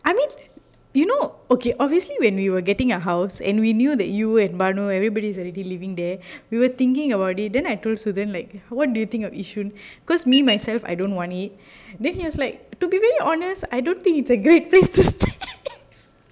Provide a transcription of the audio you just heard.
I mean you know okay obviously when we were getting a house and we knew that you and baanu everybody's already living there we were thinking about it then I told so then like what do you think of yishun because me myself I don't want it then he was like to be very honest I don't think it's a great place to stay